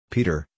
Peter